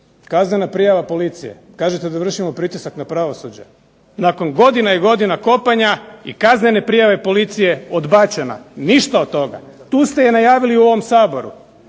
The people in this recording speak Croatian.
Kaznena prijava policije. Kažete da vršimo pritisak na pravosuđe. Nakon godina i godina kopanja, i kaznene prijave policije odbačena. Ništa od toga. Tu ste je najavili u ovom Saboru.